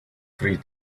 three